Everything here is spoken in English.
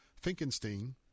Finkenstein